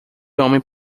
homem